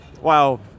Wow